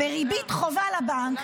בריבית חובה לבנק,